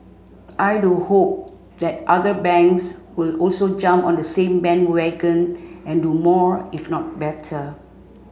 I do hope that other banks will also jump on the same bandwagon and do more if not better